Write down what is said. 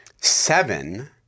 seven